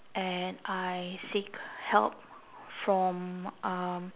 and I seek help from um